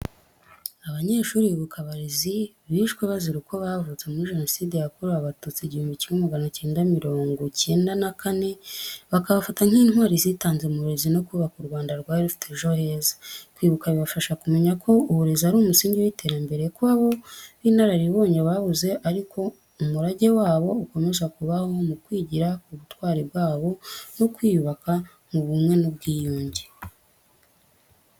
Abanyeshuri bibuka abarezi bishwe bazira uko bavutse muri Jenoside yakorewe Abatutsi igihumbi kimwe magana cyenda mirongo icyenda na kane. Bakabafata nk’intwari zitanze mu burezi no kubaka u Rwanda rwari rufite ejo heza. Kwibuka bibafasha kumenya ko uburezi ari umusingi w’iterambere, ko abo b’inararibonye babuze ariko umurage wabo ukomeza kubaho mu kwigira ku butwari bwabo no kwiyubaka mu bumwe n’ubwiyunge.